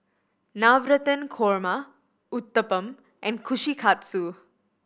Navratan Korma Uthapam and Kushikatsu